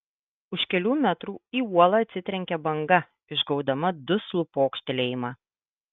už kelių metrų į uolą atsitrenkė banga išgaudama duslų pokštelėjimą